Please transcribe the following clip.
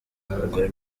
nk’umugore